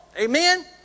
Amen